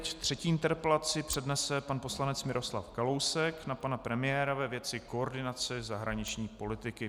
Třetí interpelaci přednese pan poslanec Miroslav Kalousek na pana premiéra ve věci koordinace zahraniční politiky.